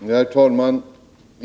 Herr talman!